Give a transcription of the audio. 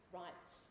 rights